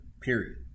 period